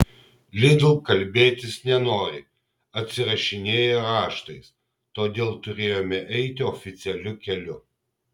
lidl kalbėtis nenori atsirašinėja raštais todėl turėjome eiti oficialiu keliu